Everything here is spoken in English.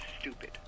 stupid